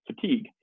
fatigue